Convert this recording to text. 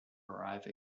arriving